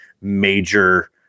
major